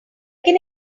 can